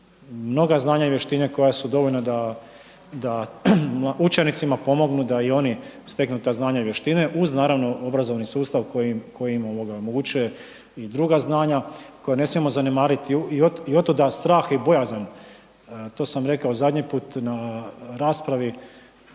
mnoga znanja i vještine koja su dovoljna da učenicima pomognu da i oni steknu ta znanja i vještine uz naravno obrazovni sustav koji im omogućuje i druga znanja koja ne smijemo zanemariti i otuda strah i bojazan, to sam rekao zadnji put na raspravi,